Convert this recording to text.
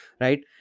right